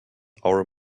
our